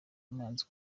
muhanzi